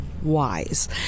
wise